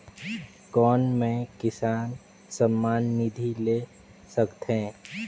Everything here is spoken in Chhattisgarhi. कौन मै किसान सम्मान निधि ले सकथौं?